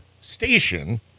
station